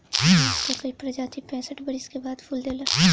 बांस कअ कई प्रजाति पैंसठ बरिस के बाद फूल देला